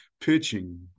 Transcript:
pitching